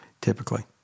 Typically